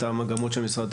את המגמות של המשרד,